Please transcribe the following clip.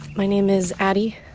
my name is addy.